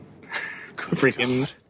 freaking